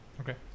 Okay